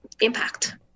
impact